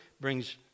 brings